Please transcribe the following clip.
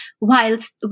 whilst